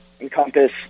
encompass